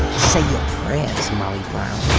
say your prayers molly